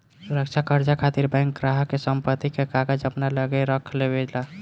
सुरक्षा कर्जा खातिर बैंक ग्राहक के संपत्ति के कागज अपना लगे रख लेवे ला